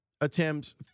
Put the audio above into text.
attempts